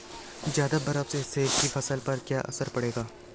ज़्यादा बर्फ से सेब की फसल पर क्या असर पड़ेगा?